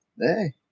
hey